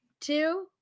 two